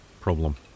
problem